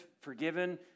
forgiven